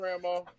Grandma